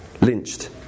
lynched